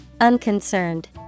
Unconcerned